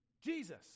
Jesus